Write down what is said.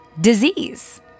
disease